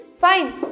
fine